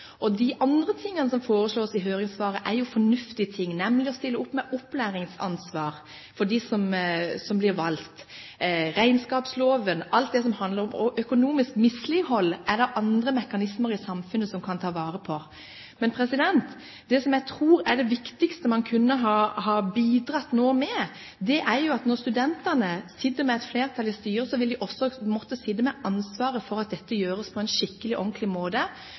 De andre tingene som foreslås i høringssvaret, er jo fornuftige, nemlig å stille opp med opplæringsansvar for dem som blir valgt. Regnskapsloven – alt det som handler om økonomisk mislighold – er det andre mekanismer i samfunnet som kan ta vare på. Men det som jeg tror er det viktigste man nå kunne ha bidratt med, er jo at når studentene sitter med et flertall i styret, vil de også måtte sitte med ansvaret for at dette gjøres på en skikkelig og ordentlig måte,